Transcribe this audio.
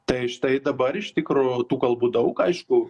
tai štai dabar iš tikro tų kalbų daug aišku